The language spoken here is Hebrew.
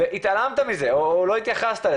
סוגיית המחיר גם היא לנגד עינינו,